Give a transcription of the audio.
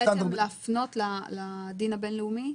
אתם מבקשים בעצם להפנות לדין הבינלאומי?